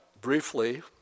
briefly